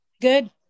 Good